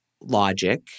logic –